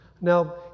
Now